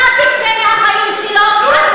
אתה תצא מהחיים שלו.